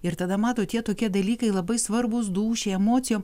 ir tada matot tie tokie dalykai labai svarbūs dūšiai emocijom